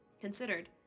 considered